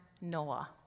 Noah